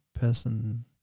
person